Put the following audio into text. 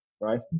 right